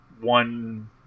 one